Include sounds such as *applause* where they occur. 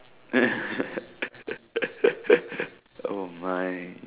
*laughs* oh my